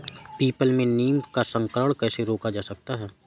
People में नीम का संकरण कैसे रोका जा सकता है?